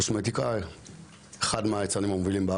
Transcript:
לכן צריך לעודד ייצור מוצרים ולעודד מוצרים תוצרת